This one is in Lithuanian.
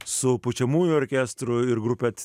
su pučiamųjų orkestru ir grupės